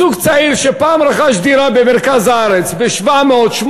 זוג צעיר שפעם רכש דירה במרכז הארץ ב-700,000,